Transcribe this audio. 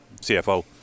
CFO